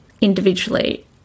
individually